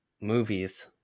movies